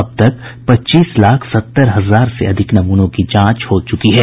अब तक पच्चीस लाख सत्तर हजार से अधिक नमूनों की जांच हो चुकी है